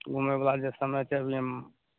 घुमै बला जे समय चढ़लै हँ